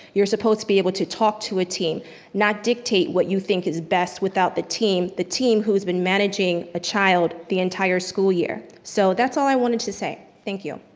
you're supposed to be able to talk to a team not dictate what you think is best without the team, the team who's been managing a child the entire school year. so that's all i wanted to say, thank you.